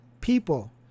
people